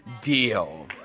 deal